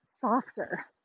softer